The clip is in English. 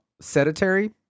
sedentary